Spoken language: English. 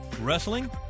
wrestling